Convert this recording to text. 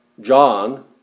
John